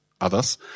others